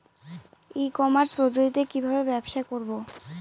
ই commerce পদ্ধতিতে কি ভাবে ব্যবসা করব?